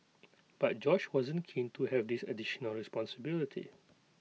but Josh wasn't keen to have this additional responsibility